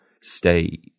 stay